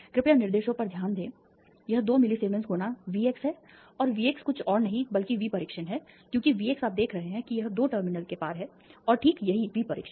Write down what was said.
कृपया निर्देशों पर ध्यान दें यह 2 मिली सीमेंस गुना V x है और V x कुछ और नहीं बल्कि V परीक्षण है क्योंकि V x आप देख रहे हैं कि यह 2 टर्मिनल के पार है और ठीक यही V परीक्षण है